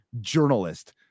journalist